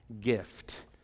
gift